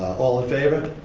all in favor?